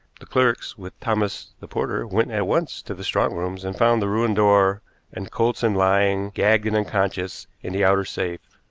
the clerks, with thomas, the porter, went at once to the strong-rooms, and found the ruined door and coulsdon lying, gagged and unconscious, in the outer safe.